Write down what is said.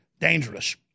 dangerous